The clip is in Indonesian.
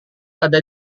ada